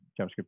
JavaScript